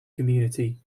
community